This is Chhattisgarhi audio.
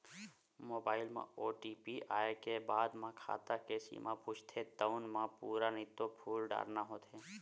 मोबाईल म ओ.टी.पी आए के बाद म खाता के सीमा पूछथे तउन म पूरा नइते फूल डारना होथे